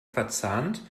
verzahnt